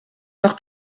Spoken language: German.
noch